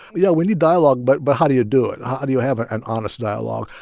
yeah we need dialogue. but but how do you do it? how do you have an honest dialogue?